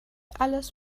alles